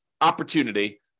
opportunity